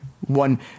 one